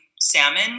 salmon